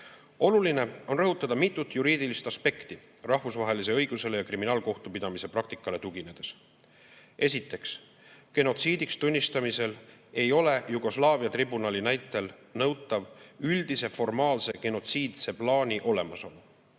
vormis. Oluline on rõhutada mitut juriidilist aspekti rahvusvahelisele õigusele ja kriminaalkohtupidamise praktikale tuginedes. Esiteks, genotsiidiks tunnistamisel ei ole Jugoslaavia tribunali näitel nõutav üldise formaalse genotsiidse plaani olemasolu.